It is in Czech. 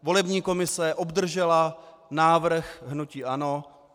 Volební komise obdržela návrh hnutí ANO.